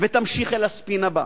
ותמשיך אל הספין הבא.